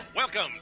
Welcome